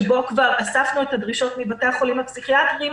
שבה כבר אספנו את הדרישות מבתי החולים הפסיכיאטריים.